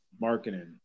marketing